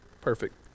Perfect